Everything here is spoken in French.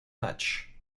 match